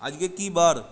আজকে কি বার